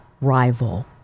rival